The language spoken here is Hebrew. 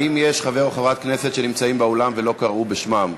האם יש חבר או חברת כנסת שנמצאים באולם ולא קראו בשמם?